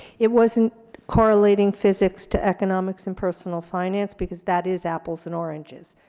it wasn't correlating physics to economics and personal finance, because that is apples and oranges,